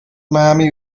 miami